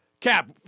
Cap